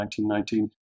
1919